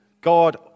God